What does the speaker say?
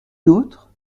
nôtres